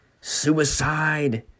suicide